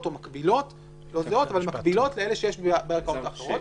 מקבילות לאלה שיש בערכאות האחרות.